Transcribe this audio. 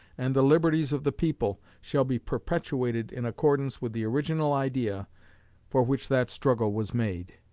and the liberties of the people, shall be perpetuated in accordance with the original idea for which that struggle was made.